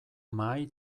mahai